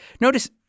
notice